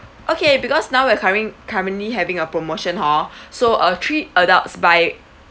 okay because now we are curren~ currently having a promotion hor so uh three adults buy